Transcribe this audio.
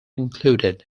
included